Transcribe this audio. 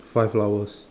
five flowers